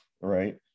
right